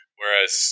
whereas